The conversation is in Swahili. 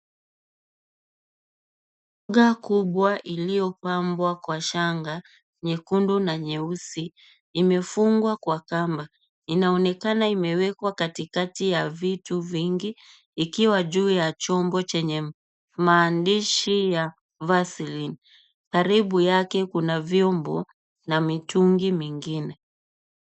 Uga kubwa iliyo pambwa kwa shanga nyekundu na nyeusi imefungwa kwa kamba. Inaonekana imewekwa katikati ya vitu vingi ikiwa juu ya chombo chenye maandishi ya vaseline . Karibu yake kuna vyombo na mitungi mingine.